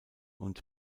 und